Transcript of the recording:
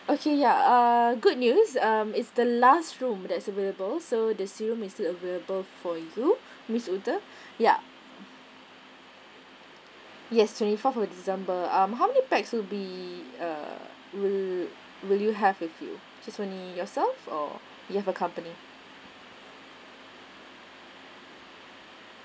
okay ya uh good news is the last room that's available so the sea room is still available for you miss ute ya yes twenty fourth of december um how many packs will be uh will will you have with you just only yourself or you have accompany